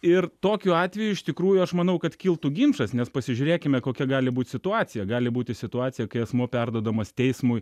ir tokiu atveju iš tikrųjų aš manau kad kiltų ginčas nes pasižiūrėkime kokia gali būt situacija gali būti situacija kai asmuo perduodamas teismui